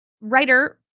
writer